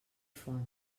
font